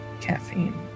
caffeine